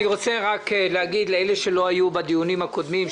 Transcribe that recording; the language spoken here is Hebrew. אני רוצה להגיד למי שלא היו בדיונים הקודמים,